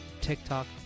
TikTok